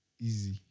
easy